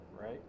right